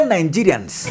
Nigerians